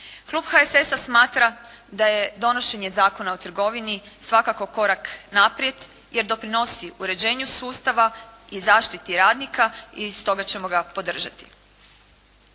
Klub HSS-a smatra da je donošenje Zakona o trgovini svakako korak naprijed jer doprinosi uređenju sustavu i zaštiti radnika i stoga ćemo ga podržati.